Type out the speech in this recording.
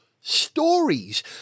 stories